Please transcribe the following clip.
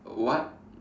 what